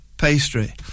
pastry